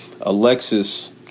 Alexis